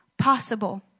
possible